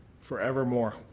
forevermore